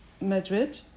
Madrid